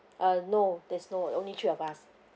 uh no there's no only three of us